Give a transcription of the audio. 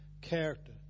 Character